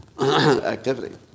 activity